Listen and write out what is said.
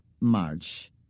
March